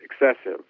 excessive